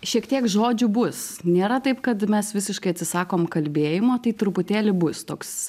šiek tiek žodžių bus nėra taip kad mes visiškai atsisakom kalbėjimo tai truputėlį bus toks